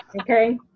Okay